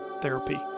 therapy